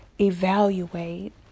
evaluate